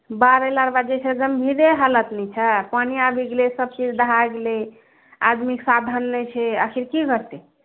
बाढ़ एलाके बाद जे छै गंभीरे हालत ने छै पानि आबि गेलै सबचीज दहा गेलै आदमी कऽ साधन नहि छै आखिर की करतै